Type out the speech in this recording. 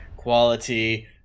Quality